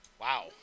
wow